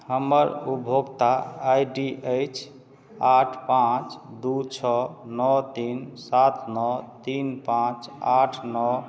हमर उपभोक्ता I D अछि आठ पाँच दुइ छओ नओ तीन सात नओ तीन पाँच आठ नओ